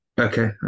Okay